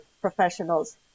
professionals